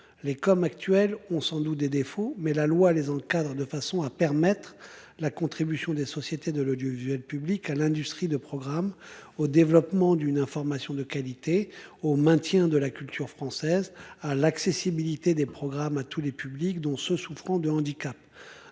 Les comme actuels ont sans doute des défauts, mais la loi les encadre de façon à permettre la contribution des sociétés de l'audiovisuel public, à l'industrie de programmes au développement d'une information de qualité au maintien de la culture française à l'accessibilité des programmes à tous les publics, dont ceux souffrant de handicap.